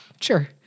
Sure